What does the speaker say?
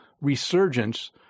resurgence